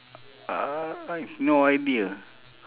uh I have no idea